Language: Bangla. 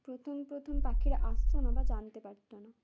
প্রথম প্রথম পাখিরা আসত না বা জানতে পারত না